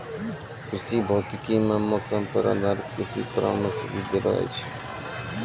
कृषि भौतिकी मॅ मौसम पर आधारित कृषि परामर्श भी देलो जाय छै